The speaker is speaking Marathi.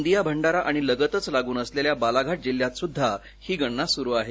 गोंदिया भंडारा आणि लगतच लागून असलेल्या बालाघाट जिल्ह्यात सुद्धा ही गणना सुरु आहे